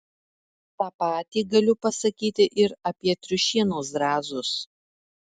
tą patį galiu pasakyti ir apie triušienos zrazus